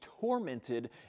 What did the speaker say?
tormented